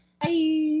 Bye